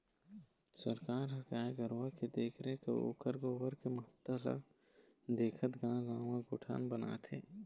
सरकार ह गाय गरुवा के देखरेख अउ ओखर गोबर के महत्ता ल देखत गाँव गाँव म गोठान बनात हे